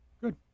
Good